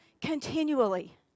continually